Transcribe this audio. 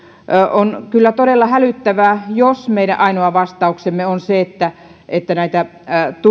on kyllä todella hälyttävää jos meidän ainoa vastauksemme on se että että näitä